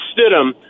Stidham